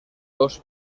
dos